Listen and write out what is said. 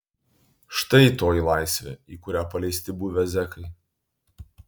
štai toji laisvė į kurią paleisti buvę zekai